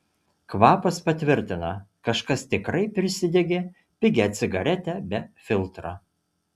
kvapas patvirtino kažkas tikrai prisidegė pigią cigaretę be filtro